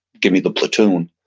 give me the platoon.